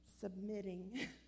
submitting